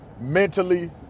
mentally